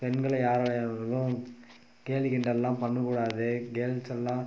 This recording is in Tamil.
பெண்களை யார் கேலி கிண்டலெல்லாம் பண்ணக்கூடாது கேல்ஸ் எல்லாம்